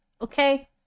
Okay